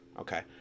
okay